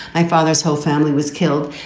my father's whole family was killed.